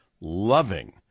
loving